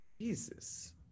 Jesus